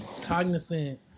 cognizant